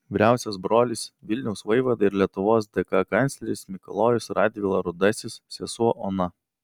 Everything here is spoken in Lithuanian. vyriausias brolis vilniaus vaivada ir lietuvos dk kancleris mikalojus radvila rudasis sesuo ona